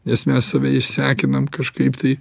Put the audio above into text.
nes mes save išsekinam kažkaip tai